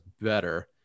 better